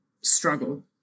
struggle